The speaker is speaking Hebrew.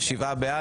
שבעה בעד.